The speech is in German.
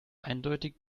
eindeutig